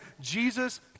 Jesus